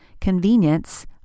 Convenience